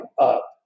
up